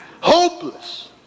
hopeless